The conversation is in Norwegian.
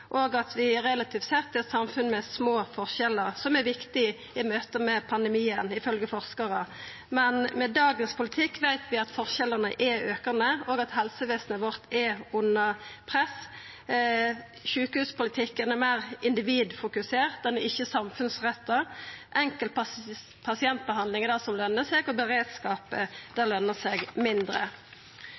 og at vi relativt sett er eit samfunn med små forskjellar, som er viktig i møte med pandemien, ifølgje forskarar. Men med dagens politikk veit vi at forskjellane er aukande, og at helsevesenet vårt er under press. Sjukehuspolitikken er meir individfokusert, han er ikkje samfunnsretta. Enkel pasientbehandling er det som løner seg, og beredskap løner seg mindre.